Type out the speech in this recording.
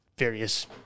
Various